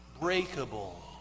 breakable